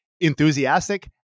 enthusiastic